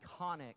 iconic